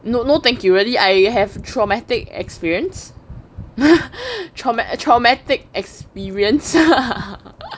no no thank you really I have traumatic experience trau~ traumatic experience